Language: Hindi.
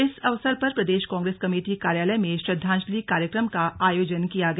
इस अवसर पर प्रदेश कांग्रेस कमेटी कार्यालय में श्रद्वांजलि कार्यक्रम का आयोजन किया गया